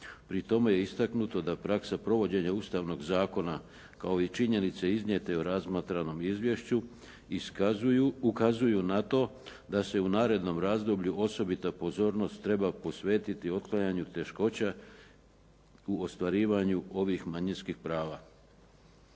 Pri tome je istaknuto da praksa provođenja Ustavnog zakona kao i činjenice iznijete o razmatranom izvješću iskazuju, ukazuju na to da se u narednom razdoblju osobita pozornost treba posvetiti otvaranju teškoća u ostvarivanju ovih manjinskih prava.